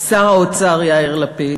שר האוצר יאיר לפיד,